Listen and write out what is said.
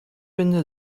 vinden